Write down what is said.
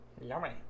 Yummy